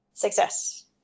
success